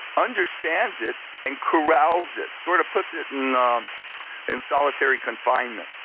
understands it, and corrals it, sort of puts it in um in solitary confinement.